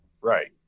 right